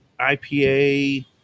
IPA